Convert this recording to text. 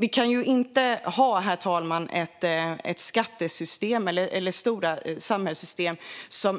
Vi kan dock inte ha ett skattesystem eller stora samhällssystem